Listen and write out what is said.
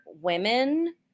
women